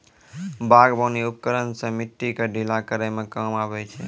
बागबानी उपकरन सें मिट्टी क ढीला करै म काम आबै छै